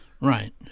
Right